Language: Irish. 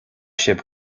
sibh